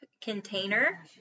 container